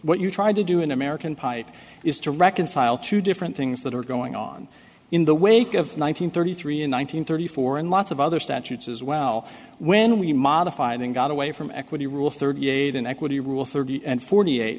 what you tried to do in american pipe is to reconcile two different things that are going on in the wake of nine hundred thirty three in one thousand thirty four and lots of other statutes as well when we modified and got away from equity rule thirty eight in equity rule thirty and forty eight